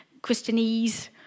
Christianese